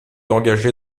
engagé